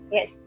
Yes